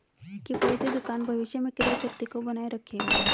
किफ़ायती दुकान भविष्य में क्रय शक्ति को बनाए रखेगा